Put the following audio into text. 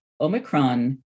Omicron